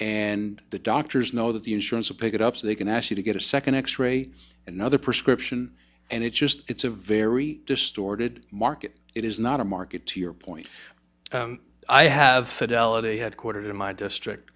and the doctors know that the insurance will pick it up so they can ask you to get a second x ray another prescription and it's just it's a very distorted market it is not a market to your point i have said elevate headquartered in my district